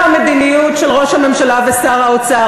המדיניות של ראש הממשלה ושר האוצר,